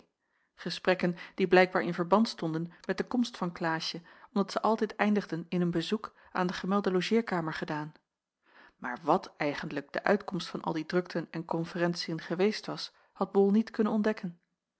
prawley gesprekken die blijkbaar in verband stonden met de komst van klaasje omdat zij altijd eindigden in een bezoek aan jacob van ennep laasje evenster de gemelde logeerkamer gedaan maar wat eigentlijk de uitkomst van al die drukten en konferentiën geweest was had bol niet kunnen ontdekken